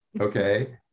okay